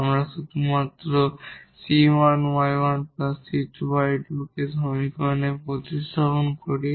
আমরা শুধু 𝑐1𝑦1 𝑐2𝑦2 কে সমীকরণে প্রতিস্থাপন করি